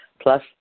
plus